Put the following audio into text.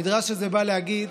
המדרש הזה בא להגיד